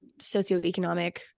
socioeconomic